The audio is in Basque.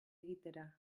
egitera